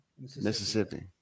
Mississippi